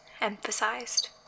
Emphasized